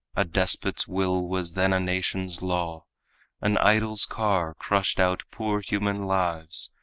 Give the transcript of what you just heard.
a despot's will was then a nation's law an idol's car crushed out poor human lives,